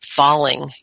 Falling